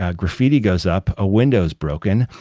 ah graffiti goes up, a window's broken,